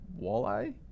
walleye